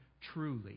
truly